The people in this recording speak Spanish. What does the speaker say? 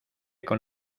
con